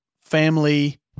family